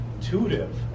intuitive